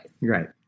Right